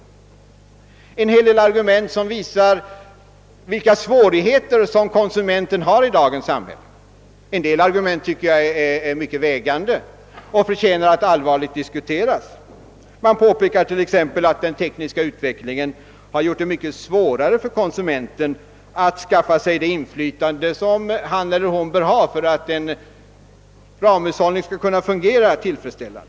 En hel del av dessa argument, som visar vilka svårigheter konsumenten har i dagens samhälle, tycker jag är mycket vägande och förtjänar att allvarligt diskuteras. Man påpekar t.ex. att den tekniska utvecklingen har gjort det mycket svårare för konsumenten att skaffa sig det inflytande som han eller hon bör ha för att en ramhushållning skall kunna fungera tillfredsställande.